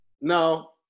No